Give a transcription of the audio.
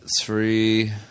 three